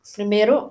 Primeiro